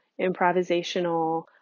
improvisational